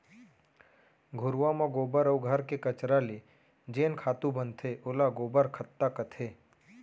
घुरूवा म गोबर अउ घर के कचरा ले जेन खातू बनथे ओला गोबर खत्ता कथें